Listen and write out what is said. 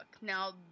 Now